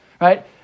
right